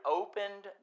opened